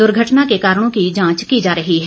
दुर्घटना के कारणों की जांच की जा रही है